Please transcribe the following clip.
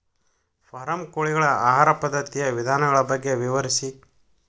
form ಕೋಳಿಗಳ ಆಹಾರ ಪದ್ಧತಿಯ ವಿಧಾನಗಳ ಬಗ್ಗೆ ವಿವರಿಸಿ